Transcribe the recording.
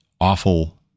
awful